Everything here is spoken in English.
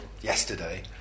yesterday